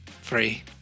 free